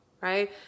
right